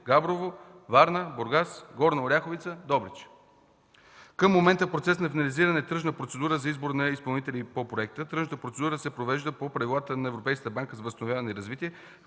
Габрово, Варна, Бургас, Горна Оряховица, Добрич. Към момента в процес на финализиране е тръжна процедура за избор на изпълнители по проекта. Тя се провежда по правилата на Европейската банка за възстановяване и развитие